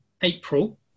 April